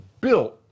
built